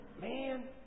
Man